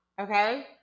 Okay